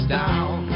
down